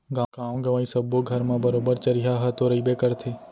गॉंव गँवई सब्बो घर म बरोबर चरिहा ह तो रइबे करथे